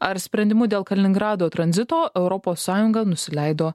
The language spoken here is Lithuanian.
ar sprendimu dėl kaliningrado tranzito europos sąjunga nusileido